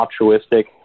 altruistic